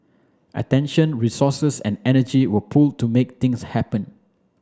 attention resources and energy were pooled to make things happen